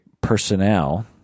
personnel